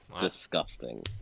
Disgusting